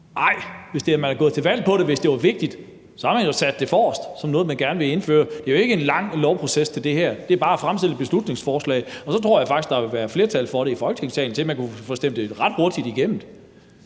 Nej, hvis man er gået til valg på det, og hvis det var vigtigt, så havde man jo sat det forrest som noget, man gerne vil indføre. Der er jo ikke en lang lovproces med hensyn til det her; det er bare at fremsætte et beslutningsforslag. Og så tror jeg faktisk, at der ville være et flertal i Folketingssalen for, at man kunne få stemt det ret hurtigt igennem.